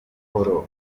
buhoro